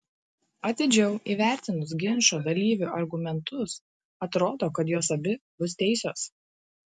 atidžiau įvertinus ginčo dalyvių argumentus atrodo kad jos abi bus teisios